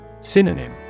Synonym